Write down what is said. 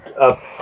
up